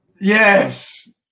Yes